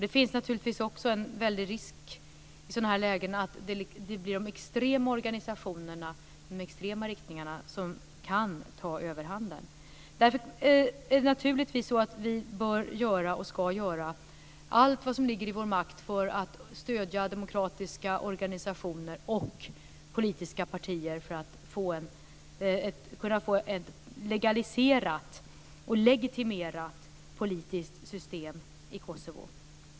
Det finns naturligtvis också en väldigt stor risk i sådana lägen att det blir extremorganisationerna, de extrema riktningarna, som kan ta överhanden. Naturligtvis bör vi och ska göra allt vad som ligger i vår makt för att stödja demokratiska organisationer och politiska partier för att få ett legaliserat och legitimerat politiskt system i Kosovo.